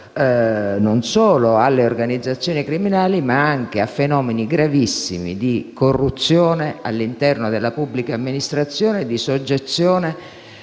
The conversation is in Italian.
non solo alle organizzazioni criminali, ma anche a fenomeni gravissimi di corruzione all'interno della pubblica amministrazione e di soggezione